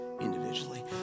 individually